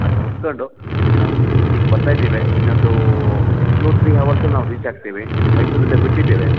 ಅದನ್ನ ಒಪ್ಕೊಂಡು ನಾವು ಈಗ ಬರ್ತಾ ಇದೇವೆ ಇನ್ನೊಂದು ಟೂ ಥ್ರೀ ಹವರ್ಸಲ್ಲಿ ನಾವು ರೀಚ್ ಆಗ್ತೀವಿ ಮೈಸೂರಿಂದ ಬಿಟ್ಟಿದ್ದೇವೆ